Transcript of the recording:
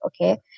Okay